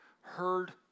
heard